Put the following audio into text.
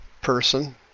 person